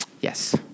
Yes